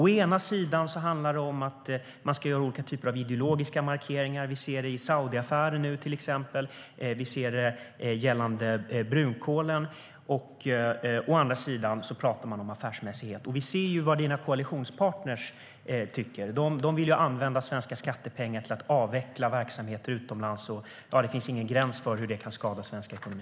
Å ena sidan gör man olika typer av ideologiska markeringar. Vi ser det till exempel i Saudiaffären och gällande brunkolen. Å andra sidan pratar man om affärsmässighet. Vi ser vad dina koalitionspartner tycker, Mikael Damberg. De vill använda svenska skattepengar till att avveckla verksamheter utomlands. Det finns ingen gräns för hur det kan skada svensk ekonomi.